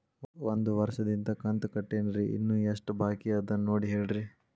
ಒಂದು ವರ್ಷದಿಂದ ಕಂತ ಕಟ್ಟೇನ್ರಿ ಇನ್ನು ಎಷ್ಟ ಬಾಕಿ ಅದ ನೋಡಿ ಹೇಳ್ರಿ